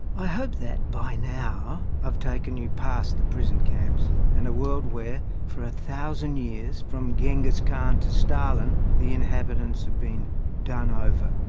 i hope that, by now, i've taken you past the prison camps, and a world where, for a thousand years, from genghis khan to stalin, the inhabitants have been done over,